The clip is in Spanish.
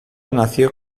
nació